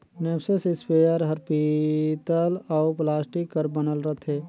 knapsack इस्पेयर हर पीतल अउ प्लास्टिक कर बनल रथे